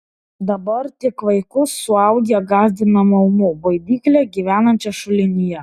dabar tik vaikus suaugę gąsdina maumu baidykle gyvenančia šulinyje